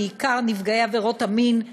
בעיקר נפגעי עבירות המין,